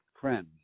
friends